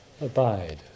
abide